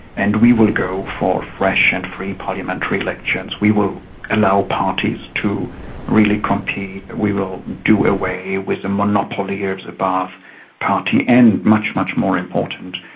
and we will go for fresh and free parliamentary elections. we will allow parties to really compete. we will do away with the monopoly of the ba'ath party. and, much, much more important,